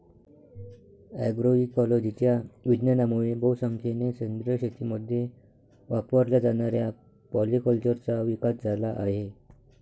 अग्रोइकोलॉजीच्या विज्ञानामुळे बहुसंख्येने सेंद्रिय शेतीमध्ये वापरल्या जाणाऱ्या पॉलीकल्चरचा विकास झाला आहे